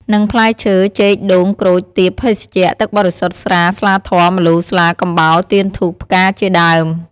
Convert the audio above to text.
និងផ្លែឈើ ចេក ដូង ក្រូច ទៀប ភេសជ្ជៈ ទឹកបរិសុទ្ធ ស្រា ស្លាធម៌ ម្លូ ស្លា កំបោរ ទៀន ធូប ផ្កាជាដើម។